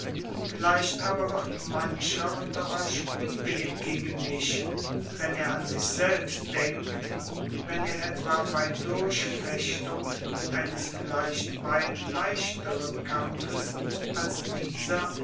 vielleicht aber wird mancher unter euch unwillig gegen mich wenn er an sich selbst denkt wenn er etwa bei durchfechtung eines vielleicht weit leichteren kampfes als dieser